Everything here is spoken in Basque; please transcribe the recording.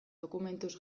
dokumentuz